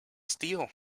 steel